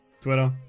Twitter